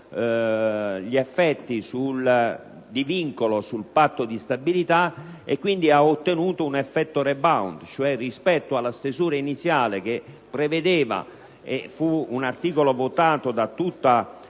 gli effetti di vincolo sul Patto di stabilità. Si è quindi ottenuto un effetto *rebound* rispetto alla stesura iniziale, che prevedeva - e fu un articolo votato da tutto